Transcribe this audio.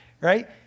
Right